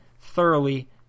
thoroughly